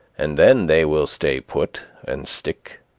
and then they will stay put and stick.